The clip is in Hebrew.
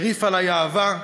הרעיף עלי אהבה,